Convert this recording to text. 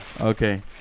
Okay